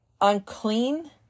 unclean